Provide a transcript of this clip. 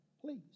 Please